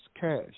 cash